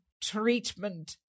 treatment